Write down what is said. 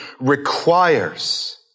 requires